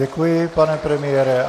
Děkuji vám, pane premiére.